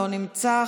לא נמצא,